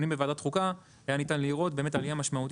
חוקה היה ניתן לראות עלייה,